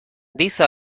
these